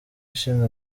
ishinga